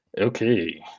Okay